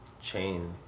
chain